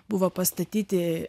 buvo pastatyti